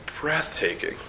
breathtaking